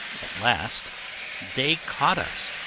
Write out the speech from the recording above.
at last they caught us,